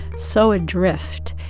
so adrift,